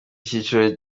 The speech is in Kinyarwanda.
cyiciro